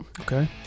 Okay